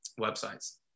websites